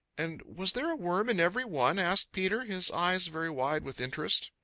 and was there a worm in every one? asked peter, his eyes very wide with interest.